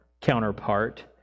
counterpart